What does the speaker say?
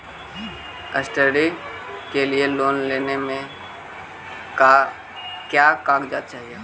Study के लिये loan लेने मे का क्या कागजात चहोये?